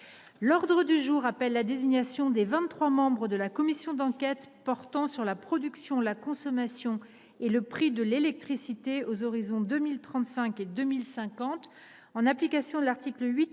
L’ordre du jour appelle la désignation des vingt trois membres de la commission d’enquête portant sur la production, la consommation et le prix de l’électricité aux horizons 2035 et 2050. En application de l’article 8